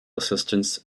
assistance